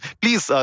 please